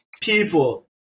people